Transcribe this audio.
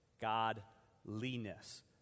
godliness